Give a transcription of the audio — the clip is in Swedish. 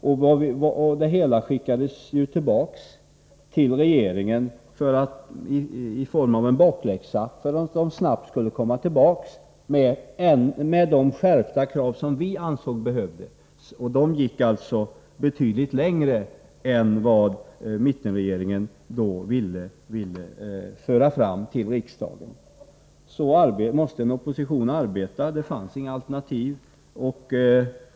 Förslaget skickades ju tillbaka till regeringen i form av en bakläxa, för att regeringen snabbt skulle komma tillbaka med de skärpta krav som vi ansåg behövdes, och de kraven gick alltså betydligt längre än vad mittenregeringen då ville föreslå riksdagen. Så måste en opposition arbeta — det fanns inga alternativ.